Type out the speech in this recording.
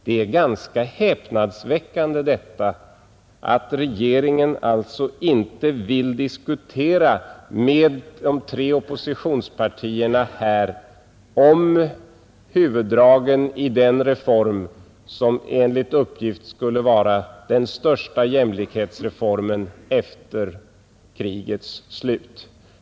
Det är ganska häpnadsväckande att regeringen alltså inte vill diskutera här med de tre oppositionspartierna om huvuddragen i den reform, som enligt uppgift skulle vara den största jämlikhetsreformen efter krigets slut.